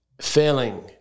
Failing